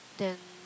then